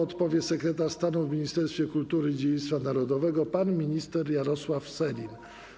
Odpowie sekretarz stanu w Ministerstwie Kultury i Dziedzictwa Narodowego, pan minister Jarosław Sellin.